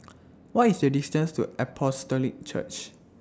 What IS The distance to Apostolic Church